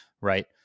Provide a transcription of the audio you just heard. right